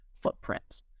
footprint